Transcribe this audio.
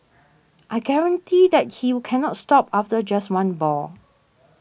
I guarantee that you cannot stop after just one ball